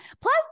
Plus